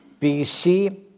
BC